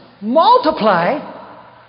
multiply